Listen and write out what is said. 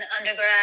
undergrad